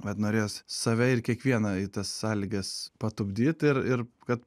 vat norėjos save ir kiekvieną į tas sąlygas patupdyt ir ir kad